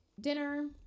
dinner